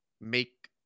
make